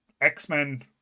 x-men